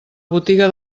botiga